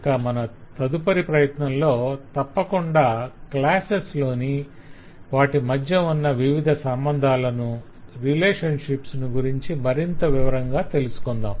ఇక మన తదుపరి ప్రయత్నంలో తప్పకుండా క్లాసెస్ లోని వాటి మధ్య ఉన్న వివిధ సంబంధాలను రిలేషన్షిప్స్ ను గురించి మరింత వివరంగా తెలుసుకుందాం